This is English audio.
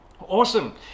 Awesome